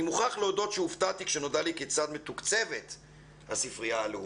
אני מוכרח להודות שהופתעתי כשנודע לי כיצד מתוקצבת הספרייה הלאומית.